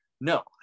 no